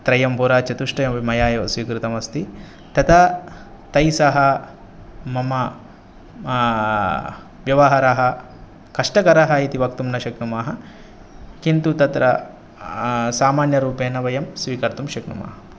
त्रयं होरा चतुष्टय मया एव स्वीकृतमस्ति तथा तैस्सह मम व्यवहाराः कष्टकरः इति वक्तुं न शक्नुमः किन्तु तत्र सामान्यरूपेण वयं स्वीकर्तुं शक्नुमः